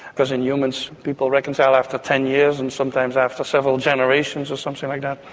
because in humans people reconcile after ten years and sometimes after several generations or something like that.